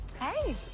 hey